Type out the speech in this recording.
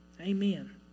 Amen